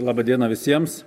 laba diena visiems